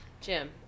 Jim